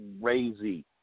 crazy